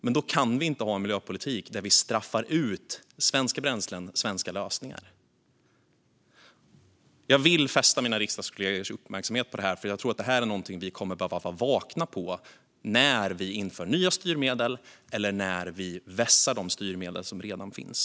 Men då kan vi inte ha en miljöpolitik där vi straffar ut svenska bränslen och svenska lösningar. Jag vill fästa mina riksdagskollegors uppmärksamhet på detta, för jag tror att det är någonting vi kommer att behöva vara vaksamma på när vi inför nya styrmedel eller vässar de styrmedel som redan finns.